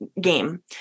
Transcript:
game